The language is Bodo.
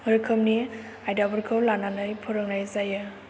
रोखोमनि आयदाफोरखौ लानानै फोरोंनाय जायो